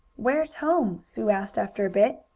where's home? sue asked, after a bit.